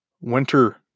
winter